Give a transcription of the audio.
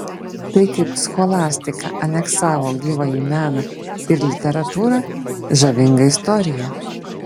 tai kaip scholastika aneksavo gyvąjį meną ir literatūrą žavinga istorija